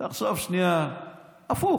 תחשוב שנייה הפוך,